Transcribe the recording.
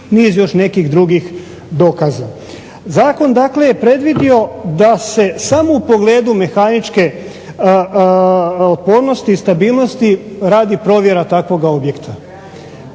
niz još nekih drugih dokaza. Zakon je dakle predvidio da se samo u pogledu mehaničke otpornosti i stabilnosti radi provjera takvoga objekta.